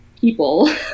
people